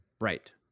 right